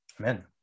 Amen